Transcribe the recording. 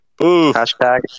Hashtag